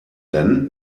then